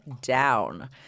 down